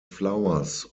flowers